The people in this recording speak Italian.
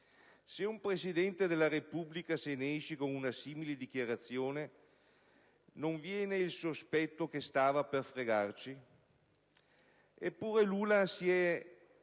Se un Presidente della Repubblica se ne esce con una simile dichiarazione, non viene il sospetto che stava per fregarci? Eppure Lula ha